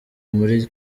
muri